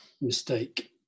mistake